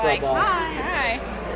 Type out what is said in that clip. Hi